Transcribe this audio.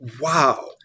wow